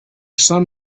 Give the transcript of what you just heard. son